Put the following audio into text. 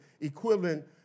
equivalent